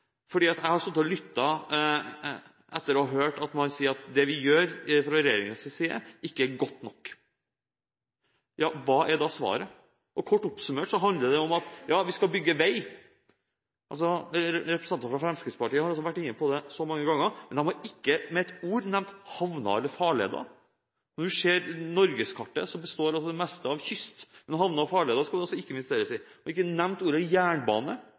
jeg har hørt at man sier at det som blir gjort fra regjeringens side, ikke er godt nok. Hva er da svaret? Det er kort oppsummert: Vi skal bygge vei! Representanter fra Fremskrittspartiet har vært inne på det mange ganger, men de har ikke med ett ord nevnt havner eller farleder. Når du ser på norgeskartet, består det meste av landet av en kystlinje. Men havner og farleder skal det altså ikke investeres i. Ordet jernbane – som er utrolig viktig for å eksportere gods – er ikke nevnt.